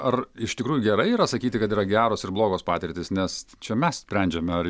ar iš tikrųjų gerai yra sakyti kad yra geros ir blogos patirtys nes čia mes sprendžiame ar